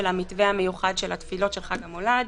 המתווה המיוחד של התפילות של חג המולד.